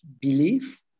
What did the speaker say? belief